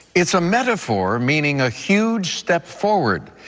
it's a metaphor meaning a huge step forward,